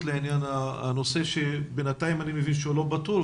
לעניין הנושא שבינתיים אני מבין שהוא לא פתור,